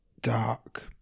dark